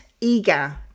eager